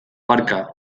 barka